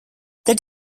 that